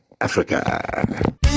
Africa